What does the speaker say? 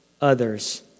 others